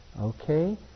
Okay